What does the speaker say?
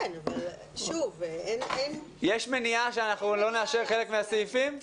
יש מניעה שלא נאשר חלק מהסעיפים?